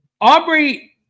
Aubrey